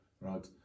right